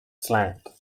slant